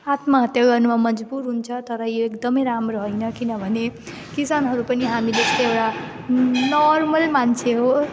आत्महत्या गर्नुमा मजबुर हुन्छ तर यो एकदमै राम्रो होइन किनभने किसानहरू पनि हामी जस्तै एउटा नर्मल मान्छे हो